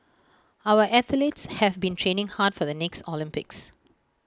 our athletes have been training hard for the next Olympics